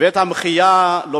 ואת המחיה.